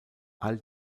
all